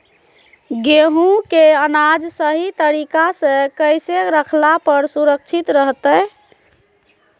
गेहूं के अनाज सही तरीका से कैसे रखला पर सुरक्षित रहतय?